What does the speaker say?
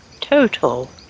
Total